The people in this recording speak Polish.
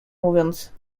mówiąc